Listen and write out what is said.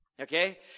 okay